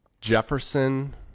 Jefferson